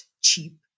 cheap